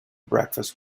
breakfast